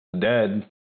dead